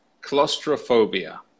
Claustrophobia